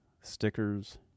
Stickers